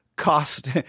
cost